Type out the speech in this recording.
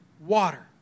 water